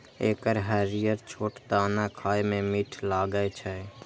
एकर हरियर छोट दाना खाए मे मीठ लागै छै